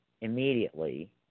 immediately